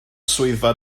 swyddfa